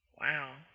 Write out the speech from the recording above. Wow